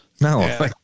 no